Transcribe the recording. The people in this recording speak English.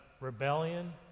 rebellion